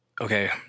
okay